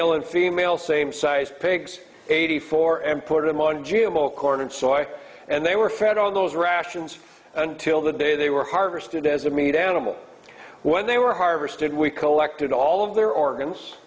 male and female same size pigs eighty four and put them on jubal corn and soy and they were fed all those rations until the day they were harvested as a meat animal when they were harvested we collected all of their organs